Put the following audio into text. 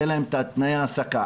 תן להם תנאי העסקה,